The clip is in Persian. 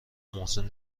محسن